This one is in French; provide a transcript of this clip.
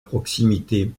proximité